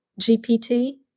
GPT